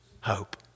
hope